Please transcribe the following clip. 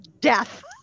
death